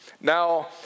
Now